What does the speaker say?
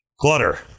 Clutter